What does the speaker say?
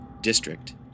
District